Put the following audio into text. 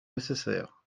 nécessaires